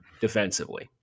defensively